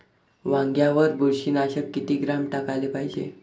वांग्यावर बुरशी नाशक किती ग्राम टाकाले पायजे?